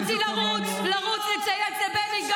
ואולי נעביר את זה בתקנון.